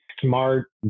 smart